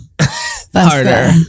Harder